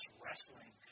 wrestling